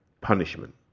punishment